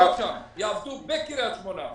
יעבדו בקריית שמונה.